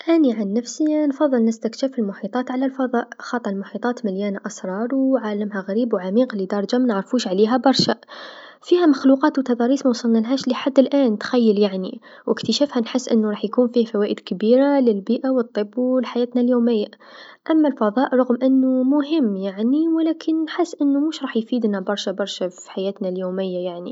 أني عن نفسي نفضل نستكشف المحيطات على الفضاء، خاطر المحيطات مليانه أسرار و عالمها غريب و عميق لدرجه منعرفوش عليها برشا، فيها مخلوقات و تضاريس موصلنالهاش لحد الآن تخيل يعني، و إستكشافها راح يكون فيه فوائد كبيره للبيئه و الطب و الحياتنا اليوميه، أما الفضاء رغم أنو مهم يعني و لكن نحس أنو موش راح يفيدنا برشا برشا في حياتنا اليوميه يعني.